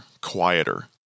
quieter